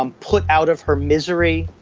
um put out of her misery.